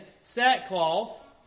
sackcloth